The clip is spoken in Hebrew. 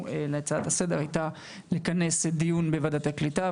להצעת הסדר הייתה לכנס דיון בוועדת הקליטה,